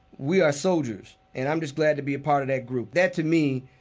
we are soldiers, and i'm just glad to be a part of that group. that, to me,